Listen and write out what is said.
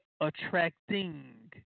attracting